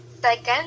Second